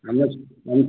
नमस्ते